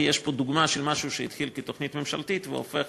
כי יש פה דוגמה של משהו שהתחיל כתוכנית ממשלתית והופך